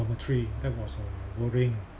dormitory that was uh worrying